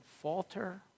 falter